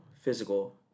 physical